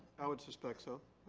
i would suspect so.